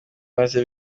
maze